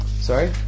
Sorry